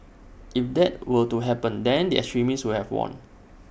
if that were to happen then the extremists would have won